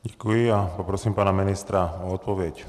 Děkuji a poprosím pana ministra o odpověď.